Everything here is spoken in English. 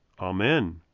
Amen